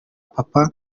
papa